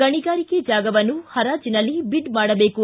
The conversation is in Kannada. ಗಣಿಗಾರಿಕೆ ಜಾಗವನ್ನು ಹರಾಜಿನಲ್ಲಿ ಬಿಡ್ ಮಾಡಬೇಕು